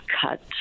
cut